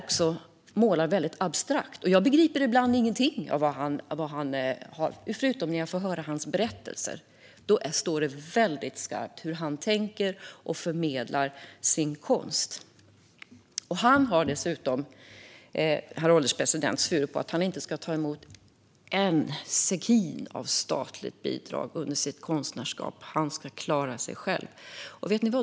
Han målar väldigt abstrakt, och jag begriper ibland ingenting, förutom när jag får höra hans berättelser. Då står det väldigt tydligt hur han tänker och vad han vill förmedla med sin konst. Han har dessutom svurit på att han inte ska ta emot en enda sekin av statligt bidrag i sitt konstnärskap, utan han ska klara sig själv. Vet ni vad?